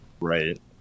Right